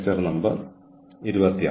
ഞാൻ നിങ്ങളെ ഈ കോഴ്സ് പഠിപ്പിക്കുന്നു